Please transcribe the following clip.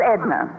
Edna